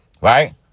right